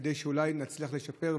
כדי שאולי נצליח לשפר,